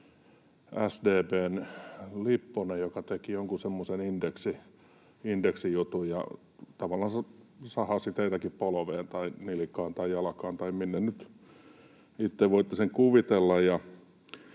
SDP:n Lipponen, joka teki jonkun semmoisen indeksijutun ja tavallansa sahasi teitäkin polveen tai nilkkaan tai jalkaan tai sinne, minne nyt itse voitte sen kuvitella.